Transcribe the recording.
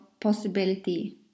possibility